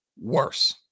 worse